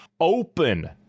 open